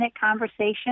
conversation